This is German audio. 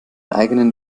eigenen